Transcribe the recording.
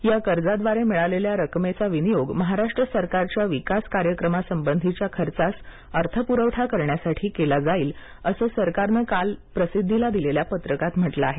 या कर्जाद्वारे मिळालेला रकमेचा विनियोग महाराष्ट्र सरकारच्या विकास कार्यक्रम संबंधीच्या खर्चास अर्थपुरवठा करण्यासाठी केला जाईल असं सरकारनं काल प्रसिद्धीला दिलेल्या पत्रकात म्हटलं आहे